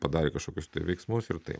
padarė kažkokius tai veiksmus ir tai